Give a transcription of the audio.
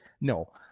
no